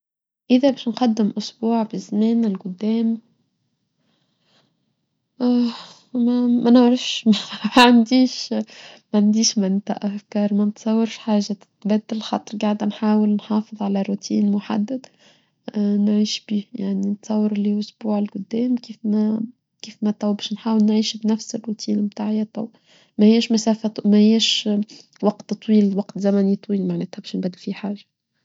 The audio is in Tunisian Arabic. إذا باش نقدم أسبوع بالزمن القدام ما نعرفش ما عنديش منتأفكار ما نتصورش حاجة تتبدل خاطر قاعدة نحاول نحافظ على روتين محدد نعيش بي يعني نتصور اللي أسبوع القدام كيف ما طبعا باش نحاول نعيش بنفس الروتين بتاعته ما ياش وقت طويل ووقت زمن طويل معناته باش نبدل في حاچه.